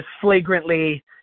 flagrantly